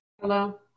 Hello